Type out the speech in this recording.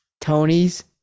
Tony's